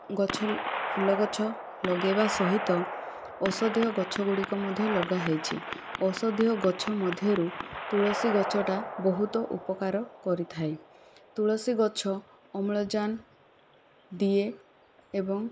ଗଛ ଫୁଲଗଛ ଲଗାଇବା ସହିତ ଔଷଧୀୟ ଗଛଗୁଡ଼ିକ ମଧ୍ୟ ଲଗାହୋଇଛି ଔଷଧୀୟ ଗଛ ମଧ୍ୟରୁ ତୁଳସୀ ଗଛଟା ବହୁତ ଉପକାର କରିଥାଏ ତୁଳସୀ ଗଛ ଅମ୍ଳଜାନ ଦିଏ ଏବଂ